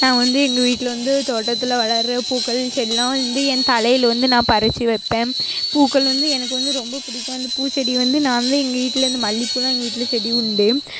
நான் வந்து எங்கள் வீட்டில் வந்து தோட்டத்தில் வளர்ற பூக்கள் செடிலாம் வந்து என் தலையில் வந்து நான் பறித்து வைப்பேன் பூக்கள் வந்து எனக்கு வந்து ரொம்ப பிடிக்கும் அந்த பூச்செடி வந்து நான் வந்து எங்கள் வீட்டில் இருந்து மல்லிப்பூவெலாம் எங்கள் வீட்டில் செடி உண்டு